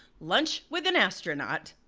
lunch with an astronaut